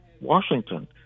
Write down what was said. Washington